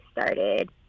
started